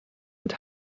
mit